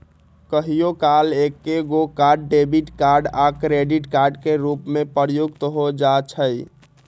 कहियो काल एकेगो कार्ड डेबिट कार्ड आ क्रेडिट कार्ड के रूप में प्रयुक्त हो जाइ छइ